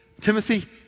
Timothy